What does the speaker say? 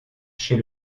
chez